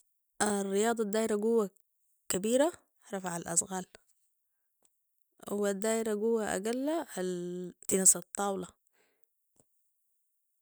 الرياضة الدايرة قوه كبيرة رفع الأثقال والدايرة قوه أقلا التنس الطاولة